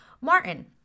Martin